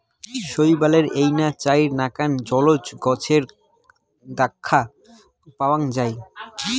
শৈবালের এইনা চাইর নাকান জলজ গছের দ্যাখ্যা পাওয়াং যাই